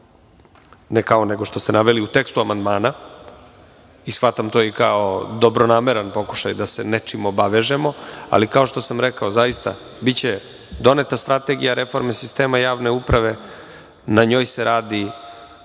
ovo što ste naveli u tekstu amandmana i to shvatam kao dobronameran pokušaj da se nečim obavežemo. Ali kao što sam rekao, zaista biće doneta strategije reforme sistema javne uprave. Na njoj se radi